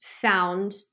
found